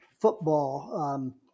football